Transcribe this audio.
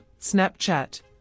Snapchat